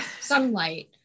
sunlight